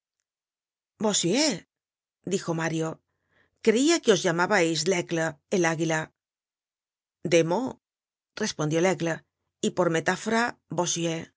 bossuet dijo mario creia que os llamabais laigle el águila de meaux respondió laigle y por metáfora bossuet